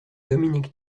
dominique